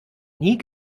nie